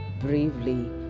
bravely